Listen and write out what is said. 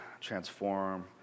transform